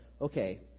okay